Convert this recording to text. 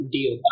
Deal